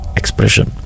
expression